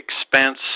expense